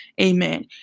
Amen